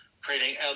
creating